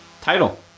title